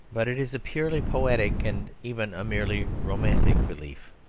but it is a purely poetic and even a merely romantic belief.